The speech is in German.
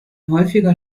häufiger